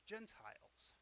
Gentiles